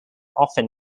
often